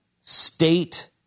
state